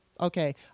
okay